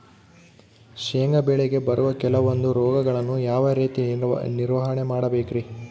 ಶೇಂಗಾ ಬೆಳೆಗೆ ಬರುವ ಕೆಲವೊಂದು ರೋಗಗಳನ್ನು ಯಾವ ರೇತಿ ನಿರ್ವಹಣೆ ಮಾಡಬೇಕ್ರಿ?